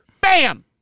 bam